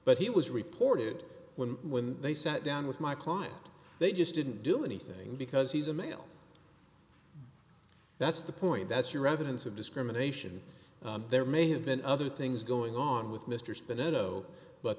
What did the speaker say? but he was reported when when they sat down with my client they just didn't do anything because he's a male that's the point that's your evidence of discrimination there may have been other things going on with mr spenlow but